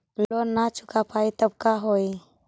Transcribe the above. Loan न चुका पाई तब का होई?